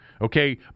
okay